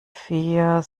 vier